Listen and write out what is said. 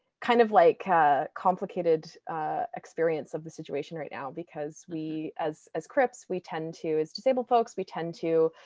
kind of like ah complicated experience of the situation right now. because we, as as crips, we tend to, as disabled folks, we tend to